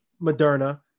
Moderna